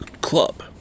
club